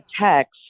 text